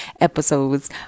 episodes